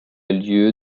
lieu